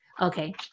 Okay